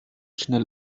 schnell